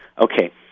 Okay